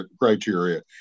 criteria